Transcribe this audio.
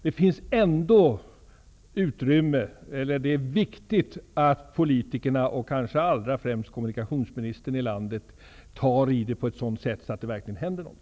Det är viktigt att politikerna och kanske främst kommunikationsministern i landet tar tag i detta på ett sådant sätt att det verkligen händer något.